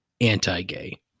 anti-gay